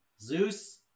Zeus